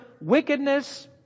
wickedness